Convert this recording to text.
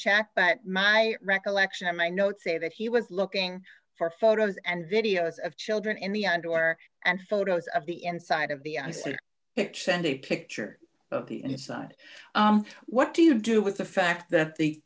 check but my recollection of my notes say that he was looking for photos and videos of children in the underwear and photos of the inside of the i see it send it picture of the inside what do you do with the fact that the